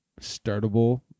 startable